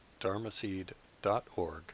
dharmaseed.org